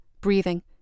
breathing